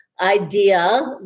idea